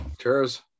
Cheers